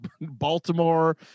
Baltimore